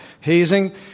Hazing